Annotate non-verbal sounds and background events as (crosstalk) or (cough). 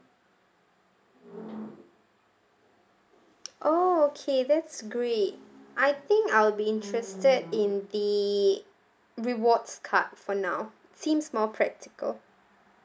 (noise) oh okay that's great I think I'll be interested in the rewards card for now seems more practical